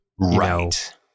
right